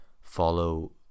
Follow